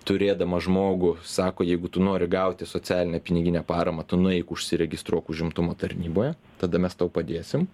turėdama žmogų sako jeigu tu nori gauti socialinę piniginę paramą tu nueik užsiregistruok užimtumo tarnyboje tada mes tau padėsim